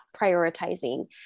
prioritizing